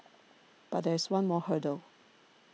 but there is one more hurdle